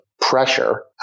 pressure